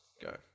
Go